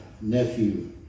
nephew